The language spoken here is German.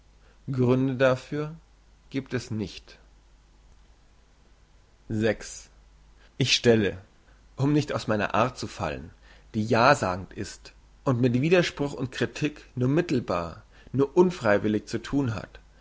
gründe dafür giebt es nicht ich stelle um nicht aus meiner art zu fallen die ja sagend ist und mit widerspruch und kritik nur mittelbar nur unfreiwillig zu thun hat